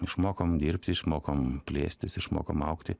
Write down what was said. išmokom dirbti išmokom plėstis išmokom augti